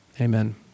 amen